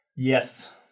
yes